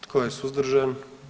Tko je suzdržan?